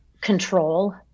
control